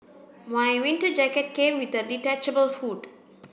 my winter jacket came with a detachable hood